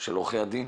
של עורכי דין,